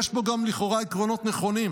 יש בו גם לכאורה עקרונות נכונים,